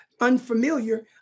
unfamiliar